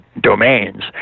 domains